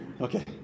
okay